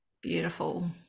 Beautiful